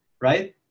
Right